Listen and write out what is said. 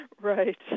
Right